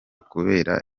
kubera